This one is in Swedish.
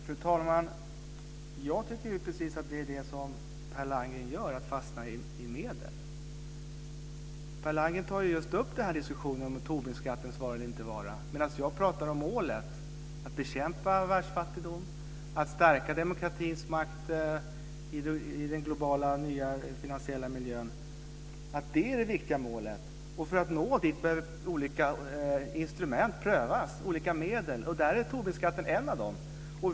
Fru talman! Jag tycker att det är precis det Per Landgren gör, fastnar i medel. Per Landgren tar just upp diskussionen om Tobinskattens vara eller inte vara, medan jag pratar om målet: att bekämpa världsfattigdom, att stärka demokratins makt i den nya globala finansiella miljön. Det är det viktiga målet. För att nå dit bör olika instrument prövas, olika medel. Tobinskatten är ett av dem.